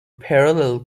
parallel